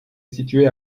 située